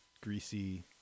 greasy